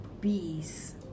peace